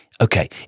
Okay